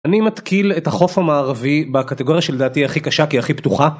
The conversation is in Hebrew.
אני מתקיל את החוף המערבי בקטגוריה שלדעתי הכי קשה כי היא הכי פתוחה